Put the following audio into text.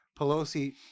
Pelosi